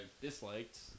disliked